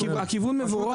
הכיוון מבורך.